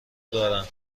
دارم